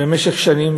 במשך שנים.